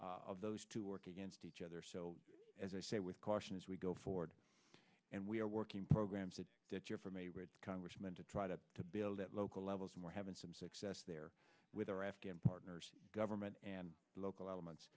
of those to work against each other so as i say with caution as we go forward and we are working programs that that you're from a red congressman to try to to build at local levels we're having some success there with our afghan partners government and local elements